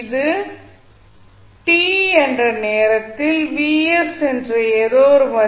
இது t என்ற நேரத்தில் என்ற ஏதோ ஒரு மதிப்பில் முடியும்